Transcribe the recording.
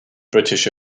british